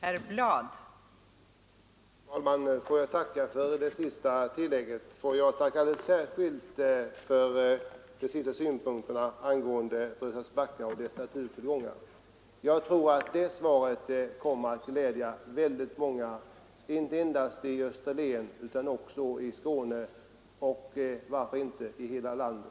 Fru talman! Får jag tacka alldeles särskilt för de sista synpunkterna angående Brösarps backar och skyddet av dessa naturvärden. Jag tror det beskedet kommer att glädja väldigt många inte endast i Österlen utan även i det övriga Skåne och varför inte i hela landet.